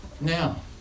Now